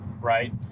right